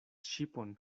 ŝipon